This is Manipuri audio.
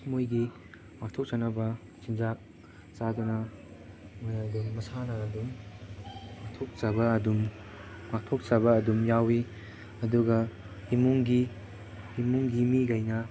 ꯃꯣꯏꯒꯤ ꯉꯥꯛꯊꯣꯛꯆꯅꯕ ꯆꯤꯟꯖꯥꯛ ꯆꯥꯗꯅ ꯃꯣꯏ ꯑꯗꯨꯝ ꯃꯁꯥꯅ ꯑꯗꯨꯝ ꯉꯥꯛꯊꯣꯛꯆꯕ ꯑꯗꯨꯝ ꯉꯥꯛꯊꯣꯛꯆꯕ ꯑꯗꯨꯝ ꯌꯥꯎꯏ ꯑꯗꯨꯒ ꯏꯃꯨꯡꯒꯤ ꯏꯃꯨꯡꯒꯤ ꯃꯤꯒꯩꯅ